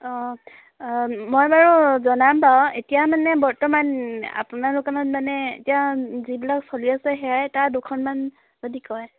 অঁ মই বাৰু জনাম বাৰু এতিয়া মানে বৰ্তমান আপোনাৰ দোকানত মানে এতিয়া যিবিলাক চলি আছে সেয়াই তাৰ দুখনমান যদি কয়